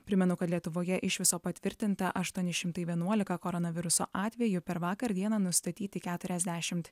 primenu kad lietuvoje iš viso patvirtinta aštuoni šimtai vienuolika koronaviruso atvejų per vakar dieną nustatyti keturiasdešimt